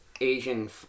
Asian